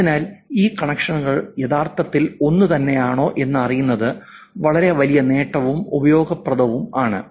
അതിനാൽ ഈ കണക്ഷനുകൾ യഥാർത്ഥത്തിൽ ഒന്നുതന്നെയാണോ എന്ന് അറിയുന്നത് വളരെ വലിയ നേട്ടവും ഉപയോഗപ്രദവും ആണ്